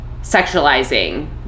sexualizing